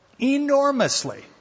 Enormously